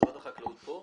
משרד החקלאות כאן?